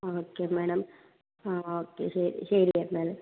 okay madam okay ശരി ശരി എന്നാൽ